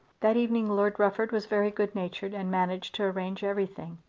that evening lord rufford was very good-natured and managed to arrange everything.